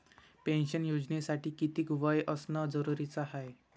Pension योजनेसाठी कितीक वय असनं जरुरीच हाय?